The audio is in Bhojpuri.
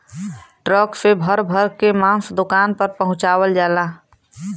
ट्रक से भर भर के मांस दुकान पर पहुंचवाल जाला